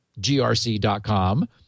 grc.com